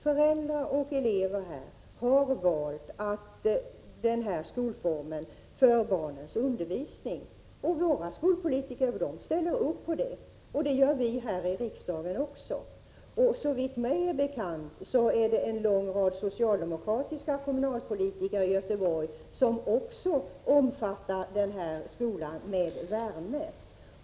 Föräldrar och elever har i detta fall valt den här skolformen för barnens undervisning. Våra skolpolitiker ställer upp på det, och det gör vi här i riksdagen också. Såvitt mig är bekant är det en lång rad socialdemokratiska kommunalpolitiker i Göteborg som också omfattar denna skola med värme.